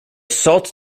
salt